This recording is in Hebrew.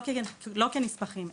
לא כנספח לתוכנית,